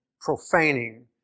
profaning